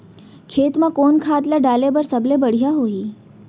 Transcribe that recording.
खेत म कोन खाद ला डाले बर सबले बढ़िया होही?